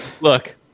look